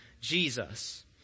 Jesus